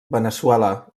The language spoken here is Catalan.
veneçuela